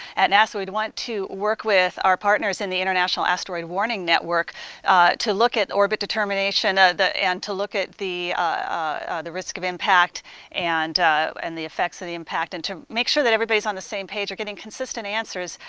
at nasa we'd want to work with our partners in the international asteroid warning network to look at orbit determination ah and to look at the the risk of impact and and the effects of the impact and to make sure that everybody is on the same page, or getting consistent answers.